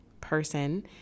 person